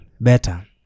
better